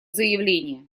заявление